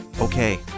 Okay